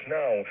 now